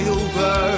over